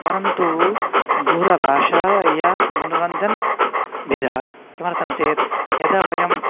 परन्तु दूरभाषायां मनोरञ्जनभेदः किमर्थं चेत् यदा वयम्